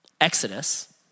Exodus